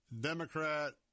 Democrat